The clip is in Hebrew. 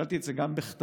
שאלתי את זה גם בכתב,